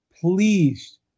please